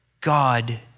God